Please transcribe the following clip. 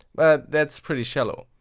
but that's pretty shallow.